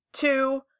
Two